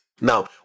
Now